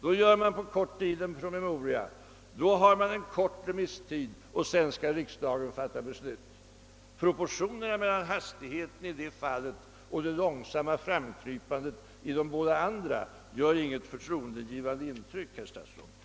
Då skrivs det på kort tid en promemoria, och efter en likaledes kort remisstid skall riksdagen sedan fatta beslut. Proportionen mellan snabbheten i det fallet och det långsamma framkrypandet i de båda andra fallen gör inget förtroendeingivande intryck, herr statsråd!